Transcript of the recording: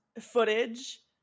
footage